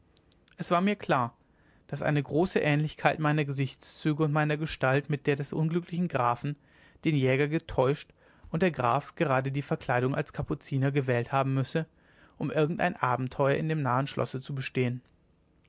es war mir klar daß eine große ähnlichkeit meiner gesichtszüge und meiner gestalt mit der des unglücklichen grafen den jäger getäuscht und der graf gerade die verkleidung als kapuziner gewählt haben müsse um irgendein abenteuer in dem nahen schlosse zu bestehen